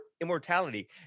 immortality